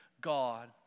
God